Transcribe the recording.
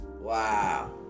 Wow